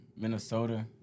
Minnesota